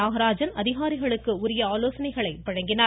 நாகராஜன் அதிகாரிகளுக்கு உரிய ஆலோசனைகளை வழங்கினார்